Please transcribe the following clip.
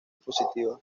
positiva